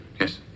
Yes